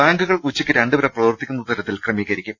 ബാങ്കുകൾ ഉച്ചയ്ക്ക് രണ്ടുവരെ പ്രവർത്തിക്കുന്ന തര ത്തിൽ ക്രമീകരിക്കും